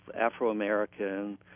Afro-American